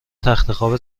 تختخواب